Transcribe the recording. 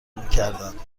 میکردند